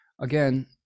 again